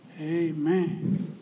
Amen